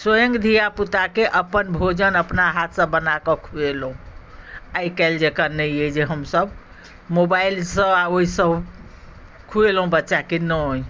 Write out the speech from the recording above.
स्वयं धियापुताके अपन भोजन अपना हाथसँ बना कऽ खुएलहुँ आइकाल्हि जँका नहि अइ जे हमसभ मोबाइलसँ आ ओहिसँ खुएलहुँ बच्चाके नहि